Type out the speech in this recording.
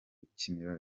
gukinira